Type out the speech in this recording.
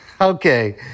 okay